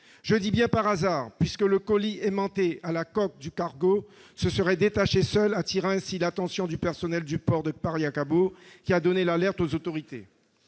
Je dis bien :« par hasard », puisque le colis aimanté à la coque du cargo se serait détaché seul, attirant ainsi l'attention du personnel du port de Pariacabo, qui a donné l'alerte aux autorités.